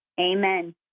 Amen